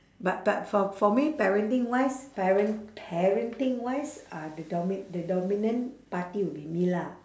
but but for for me parenting wise parent parenting wise uh the domi~ the dominant party will be me lah